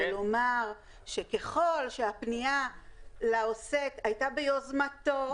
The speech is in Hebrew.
ולומר שאם הפנייה לעוסק הייתה ביוזמתו,